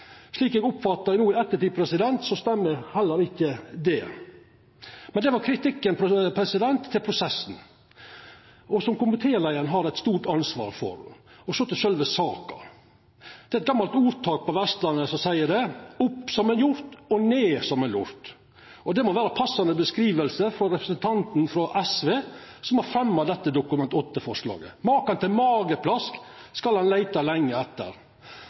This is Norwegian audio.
Slik eg oppfattar det no i ettertid, stemmer heller ikkje det. Dette var kritikken til prosessen, som komitéleiaren har eit stort ansvar for. Så til sjølve saka: Det er eit gammalt ordtak på Vestlandet som seier «Opp som ein hjort, ned som ein lort». Det må vera ei passande beskriving for representanten frå SV som har fremja dette Dokument 8-forslaget. Makan til mageplask skal ein leita lenge etter